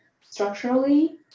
structurally